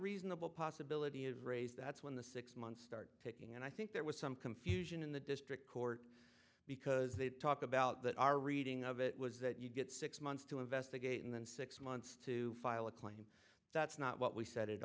reasonable possibility of ray's that's when the six months start picking and i think there was some confusion in the district court because they talk about that our reading of it was that you get six months to investigate and then six months to file a claim that's not what we said it